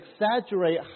exaggerate